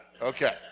Okay